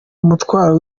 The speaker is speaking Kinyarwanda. umutwaro